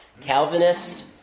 Calvinist